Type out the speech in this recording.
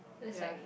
ya